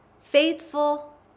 faithful